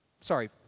sorry